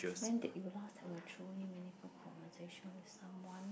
when did you last have a truly meaningful conversation with someone